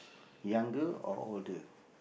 younger or older